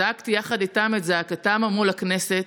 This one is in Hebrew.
זעקתי יחד איתם את זעקתם מול הכנסת,